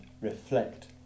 reflect